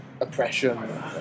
oppression